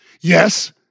Yes